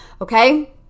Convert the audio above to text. Okay